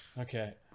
Okay